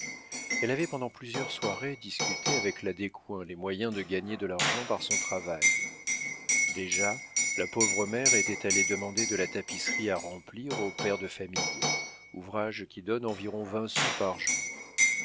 elle avait pendant plusieurs soirées discuté avec la descoings les moyens de gagner de l'argent par son travail déjà la pauvre mère était aller demander de la tapisserie à remplir au père de famille ouvrage qui donne environ vingt sous par jour